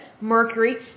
mercury